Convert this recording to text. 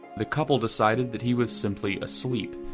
the couple decided that he was simply asleep,